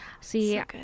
see